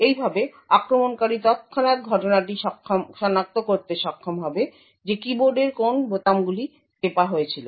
এইভাবে আক্রমণকারী তৎক্ষণাৎ ঘটনাটি সনাক্ত করতে সক্ষম হবে যে কীবোর্ডের কোন বোতামগুলি টেপা হয়েছিল